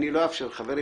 אני אאפשר לך.